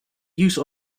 use